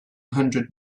hundred